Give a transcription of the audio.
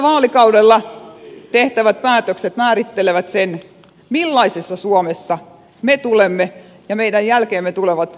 tällä vaalikaudella tehtävät päätökset määrittelevät sen millaisessa suomessa me tulemme ja meidän jälkeemme tullaan elämään